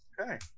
Okay